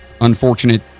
unfortunate